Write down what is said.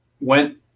went